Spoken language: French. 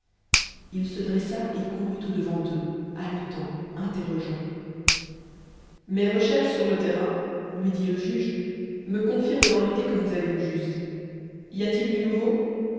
il se dressa et courut au devant d'eux haletant interrogeant mes recherches sur le terrain lui dit le juge me confirment dans l'idée que vous avez vu juste y a-t-il du nouveau